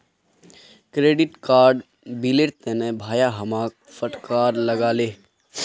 credit card बिलेर तने भाया हमाक फटकार लगा ले